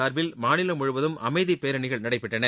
சார்பில் மாநிலம் முழுவதும் அமைதி பேரணிகள் நடைபெற்றன